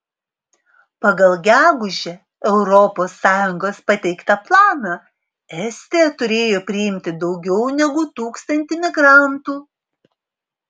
pagal gegužę europos sąjungos pateiktą planą estija turėjo priimti daugiau negu tūkstantį imigrantų